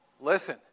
listen